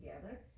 together